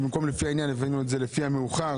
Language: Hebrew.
במקום לפי העניין, הבאנו את זה לפי המאוחר.